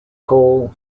coal